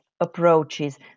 approaches